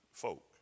folk